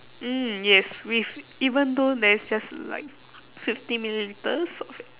mm yes with even though there is just like fifty millilitres of it